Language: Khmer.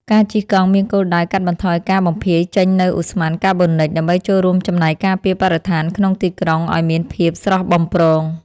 ការជិះកង់មានគោលដៅកាត់បន្ថយការបំភាយចេញនូវឧស្ម័នកាបូនិច ដើម្បីចូលរួមចំណែកការពារបរិស្ថានក្នុងទីក្រុងឱ្យមានភាពស្រស់បំព្រង។